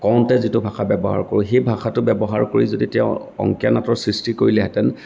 কওঁতে যিটো ভাষা ব্যৱহাৰ কৰোঁ সেই ভাষাটো ব্যৱহাৰ কৰি যদি তেওঁ অংকীয়া নাটৰ সৃষ্টি কৰিলেহেঁতেন